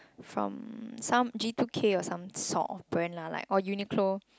from some G two kay or some sort of brand lah like or Uniqlo